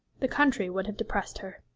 the country would have depressed her.